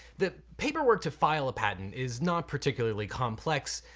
the paperwork to file a patent is not particularly complex.